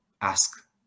ask